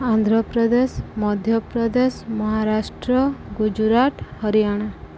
Andhra Pradesh Madhya Pradesh Maharashtra Gujarat Haryana